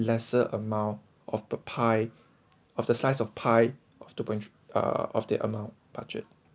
lesser amount of the pie of the size of pie of two point three uh of the amount budget